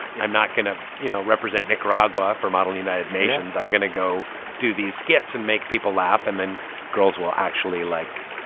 i'm not going to, you know, represent nicaragua for model united nations. i'm going to go do these skits and make people laugh, and then girls will actually, like,